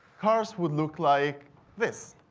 cars would look like this.